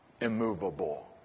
immovable